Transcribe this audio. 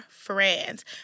friends